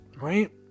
right